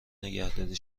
نگهداری